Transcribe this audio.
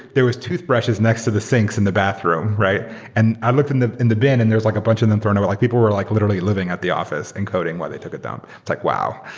there was toothbrushes next to the sinks in the bathroom. and i looked in the in the bin and there's like a bunch of them thrown, but like people were like literally living at the office and coding while they took a dump. it's like, wow!